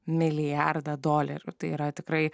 milijardą dolerių tai yra tikrai